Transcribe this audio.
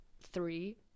three